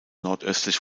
nordöstlich